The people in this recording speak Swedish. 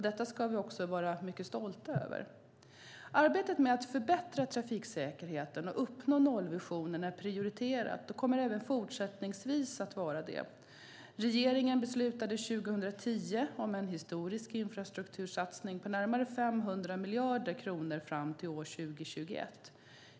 Detta ska vi vara mycket stolta över. Arbetet med att förbättra trafiksäkerheten och uppnå nollvisionen är prioriterat och kommer även fortsättningsvis att vara det. Regeringen beslutade 2010 om en historisk infrastruktursatsning på närmare 500 miljarder kronor fram till 2021.